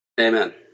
Amen